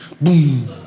boom